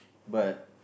but